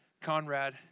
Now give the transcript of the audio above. Conrad